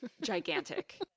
gigantic